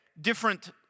different